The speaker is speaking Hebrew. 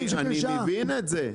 אני מבין את זה.